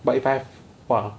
but if I !wah!